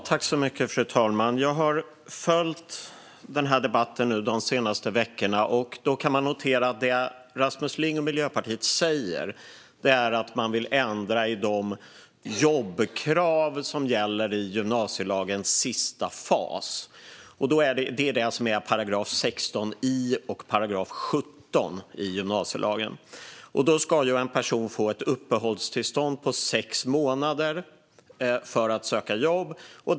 Fru talman! Jag har följt debatten de senaste veckorna och noterar att det som Rasmus Ling och Miljöpartiet säger är att de vill ändra de jobbkrav som gäller i gymnasielagens sista fas. Enligt § 16 och § 17 i gymnasielagen ska en person få uppehållstillstånd i sex månader för att söka jobb.